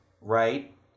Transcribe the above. right